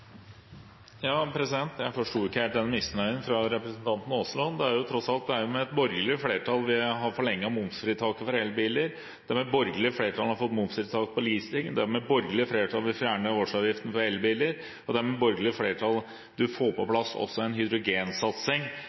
Jeg forsto ikke helt misnøyen fra representanten Aasland. Det er tross alt med et borgerlig flertall vi har forlenget momsfritaket for elbiler, det er med et borgerlig flertall vi har fått momsfritak på leasing, det er med et borgerlig flertall vi har fått fjernet årsavgiften på elbiler, og det er med et borgerlig flertall vi også har fått på plass en hydrogensatsing,